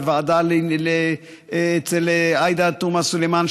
בוועדה אצל עאידה תומא סלימאן,